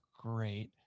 Great